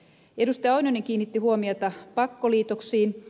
pentti oinonen kiinnitti huomiota pakkoliitoksiin